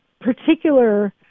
particular